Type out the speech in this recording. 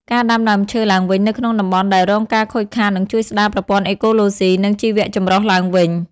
ការដាំដើមឈើឡើងវិញនៅក្នុងតំបន់ដែលរងការខូចខាតនឹងជួយស្តារប្រព័ន្ធអេកូឡូស៊ី និងជីវចម្រុះឡើងវិញ។